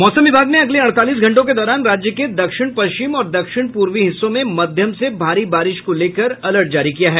मौसम विभाग ने अगले अड़तालीस घंटों के दौरान राज्य के दक्षिण पश्चिम और दक्षिण पूर्वी हिस्सों में मध्यम से भारी बारिश को लेकर अलर्ट जारी किया है